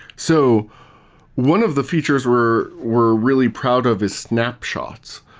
so one of the features we're we're really proud of is snapshots,